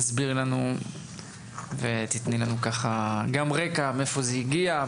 תסבירי לנו ותתני לנו רקע מאיפה זה הגיע,